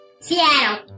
Seattle